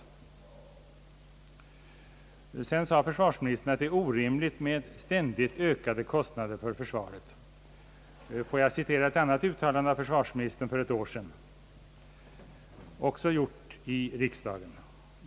Försvarsministern sade också att det är orimligt med ständigt ökade kostnader för försvaret. Låt mig citera ett annat uttalande av försvarsministern för ett år sedan, också gjort i riksdagen.